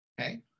Okay